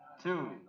to